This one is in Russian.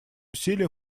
усилия